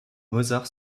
mozart